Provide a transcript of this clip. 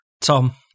Tom